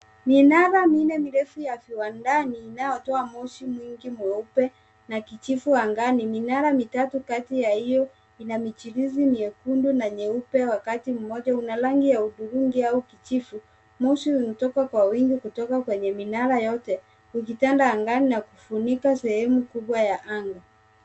Minara minne mirefu ya viwandani inayotoa moshi mwingi mweupe na kijivu angani. Minara mitatu kati ya hiyo ina michirizi nyekundu na nyeupe wakati mmoja. Una rangi ya hudhurungi au kijivu. Moshi unatoka kwa wingi kutoka kwenye minara yote ukitanda angani na kufunika sehemu kubwa ya anga.